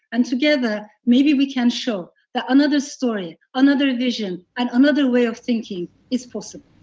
and together, maybe we can show that another story, another vision, and another way of thinking is possible.